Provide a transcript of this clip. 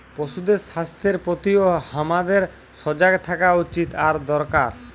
পশুদের স্বাস্থ্যের প্রতিও হামাদের সজাগ থাকা উচিত আর দরকার